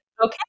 okay